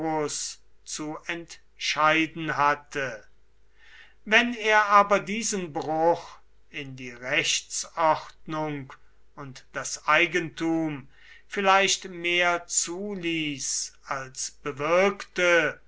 zu entscheiden hatte wenn er aber diesen bruch in die rechtsordnung und das eigentum vielleicht mehr zuließ als bewirkte